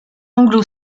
anglo